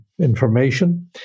information